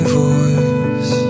voice